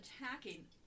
attacking